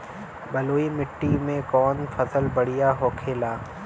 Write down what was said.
बलुई मिट्टी में कौन फसल बढ़ियां होखे ला?